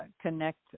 connect